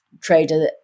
trader